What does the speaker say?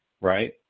right